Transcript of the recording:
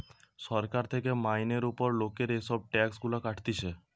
সরকার থেকে মাইনের উপর লোকের এসব ট্যাক্স গুলা কাটতিছে